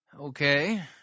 Okay